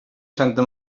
santa